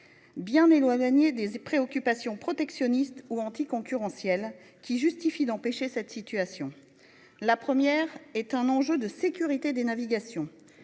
bien éloignées des préoccupations protectionnistes ou anticoncurrentielles, qui justifient d'empêcher cette situation. La première est un enjeu de sécurité des navigations.